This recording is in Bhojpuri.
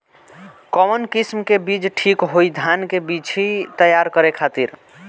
कवन किस्म के बीज ठीक होई धान के बिछी तैयार करे खातिर?